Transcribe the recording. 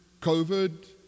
COVID